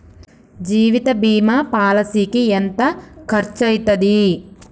జీవిత బీమా పాలసీకి ఎంత ఖర్చయితది?